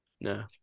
No